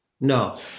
No